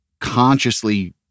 consciously